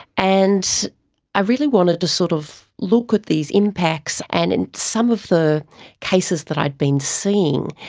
and i really wanted to sort of look at these impacts and in some of the cases that i'd been seeing,